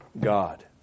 God